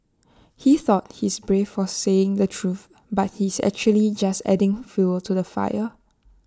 he thought he's brave for saying the truth but he's actually just adding fuel to the fire